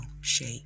shape